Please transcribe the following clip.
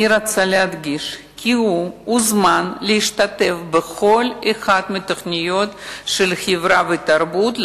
אני רוצה להדגיש כי הוא הוזמן להשתתף בכל אחת מתוכניות החברה והתרבות,